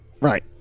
Right